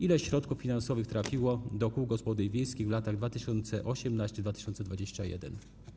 Ile środków finansowych trafiło do kół gospodyń wiejskich w latach 2018-2021?